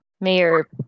Mayor